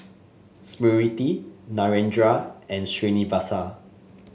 Smriti Narendra and Srinivasa